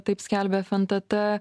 taip skelbia fntt